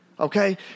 Okay